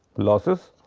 losses.